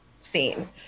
Scene